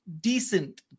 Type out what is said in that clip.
decent